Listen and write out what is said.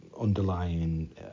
underlying